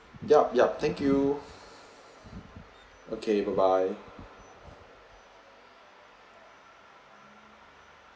yup yup thank you okay bye bye